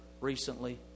recently